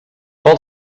pel